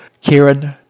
Kieran